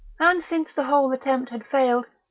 and since the whole attempt had failed,